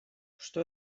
что